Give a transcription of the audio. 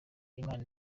imana